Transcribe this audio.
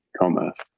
commerce